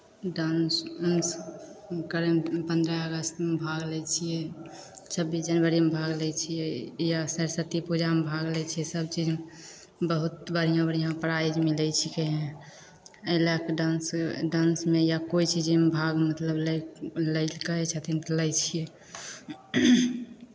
dance उंस करयमे पन्द्रह अगस्तमे भाग लै छियै छब्बीस जनवरीमे भाग लै छियै या सरस्वती पूजामे भाग लै छियै सभ चीजमे बहुत बढ़िआँ बढ़िआँ प्राइज मिलै छिकै एहि लए कऽ डांस डांसमे या कोइ चीजमे भाग मतलब लै लयके कहै छथिन तऽ लै छियै